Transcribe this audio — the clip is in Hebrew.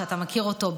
שאתה מכיר אותו,